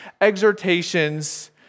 exhortations